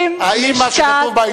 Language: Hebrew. האם מה שכתוב בעיתון זה נכון.